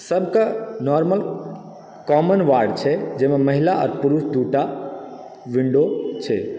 सबके normal common ward छै जाहिमे महिला आ पुरुष दूटा विंडो छै